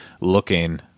looking